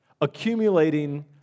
accumulating